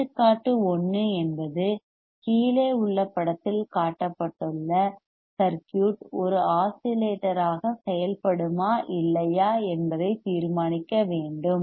எடுத்துக்காட்டு 1 என்பது கீழே உள்ள படத்தில் காட்டப்பட்டுள்ள சர்க்யூட் ஒரு ஆஸிலேட்டர் ஆக செயல்படுமா இல்லையா என்பதை தீர்மானிக்க வேண்டும்